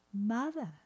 mother